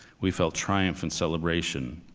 we felt triumphant celebration.